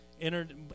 entered